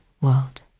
world